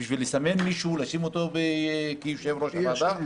לסמן מישהו כיושב-ראש הוועדה.